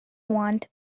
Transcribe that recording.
want